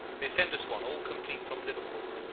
they sent us one all complete from liverpool,